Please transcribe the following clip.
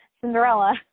Cinderella